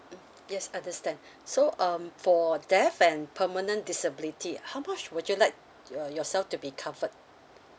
mm yes understand so um for death and permanent disability how much would you like uh yourself to be covered